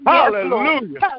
Hallelujah